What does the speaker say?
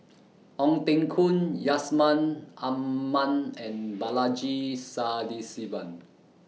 Ong Teng Koon Yusman Aman and Balaji Sadasivan